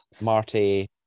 Marty